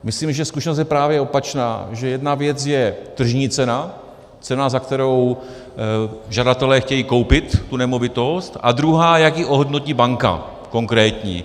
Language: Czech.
Myslím, že zkušenost je právě opačná, že jedna věc je tržní cena, cena, za kterou žadatelé chtějí koupit tu nemovitost, a druhá, jak ji ohodnotí banka, konkrétní.